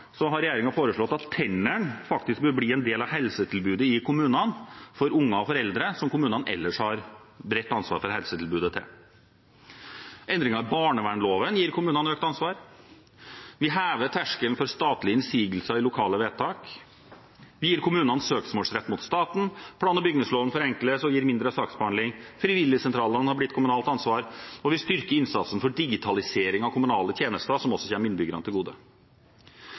Så er det også nevnt at regjeringen har fremmet – og foreslår i en rekke andre saker og prosesser – ytterligere styrking av kommunene. La meg bare nevne: I en sak senere i dag har regjeringen foreslått at tannhelsetjenesten bør bli en del av helsetilbudet i kommunene for unger og foreldre som kommunene ellers har direkte ansvar for helsetilbudet til. Endringer i barnevernloven gir kommunene økt ansvar. Vi hever terskelen for statlige innsigelser i lokale vedtak. Vi gir kommunene søksmålsrett mot staten. Plan- og bygningsloven forenkles og